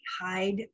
hide